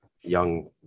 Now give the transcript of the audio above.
young